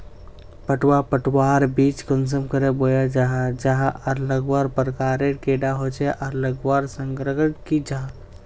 पटवा पटवार बीज कुंसम करे बोया जाहा जाहा आर लगवार प्रकारेर कैडा होचे आर लगवार संगकर की जाहा?